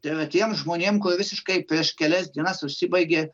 tai yra tiems žmonėm kurie visiškai prieš kelias dienas užsibaigė